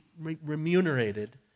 remunerated